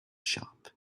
shop